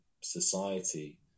society